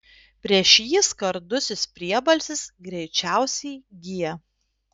prieš jį skardusis priebalsis greičiausiai g